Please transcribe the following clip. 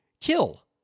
kill